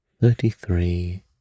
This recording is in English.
Thirty-three